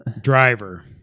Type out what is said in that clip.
Driver